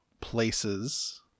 places